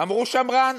אמרו: שמרן.